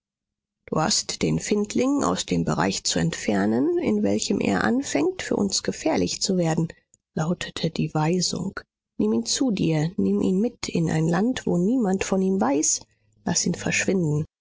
du hast den findling aus dem bereich zu entfernen in welchem er anfängt für uns gefährlich zu werden lautete die weisung nimm ihn zu dir nimm ihn mit in ein land wo niemand von ihm weiß laß ihn verschwinden